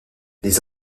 les